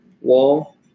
wall